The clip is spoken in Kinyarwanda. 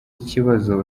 ikibazo